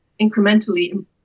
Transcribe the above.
incrementally